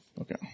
Okay